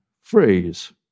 phrase